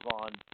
on